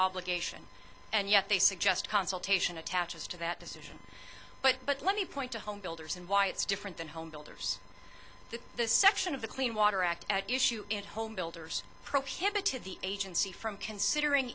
obligation and yet they suggest consultation attaches to that decision but let me point to home builders and why it's different than home builders the section of the clean water act at issue in homebuilders prohibited the agency from considering